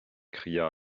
cria